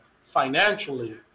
financially